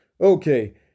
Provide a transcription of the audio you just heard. Okay